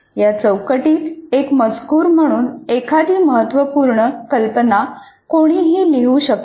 या चौकटीत एक मजकूर म्हणून एखादी महत्त्वपूर्ण कल्पना कोणीही लिहू शकते